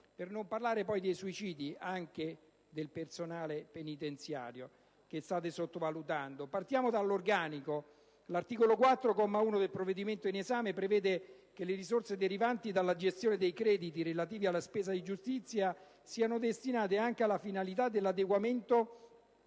Per non parlare dei suicidi del personale penitenziario, che state sottovalutando. Partiamo dall'organico. L'articolo 4, comma 1, del provvedimento in esame prevede che le risorse derivanti dalla gestione dei crediti relativi alle spese di giustizia siano destinate anche alla finalità dell'adeguamento